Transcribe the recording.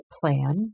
plan